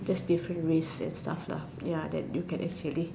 just different race and stuff lah ya that you can actually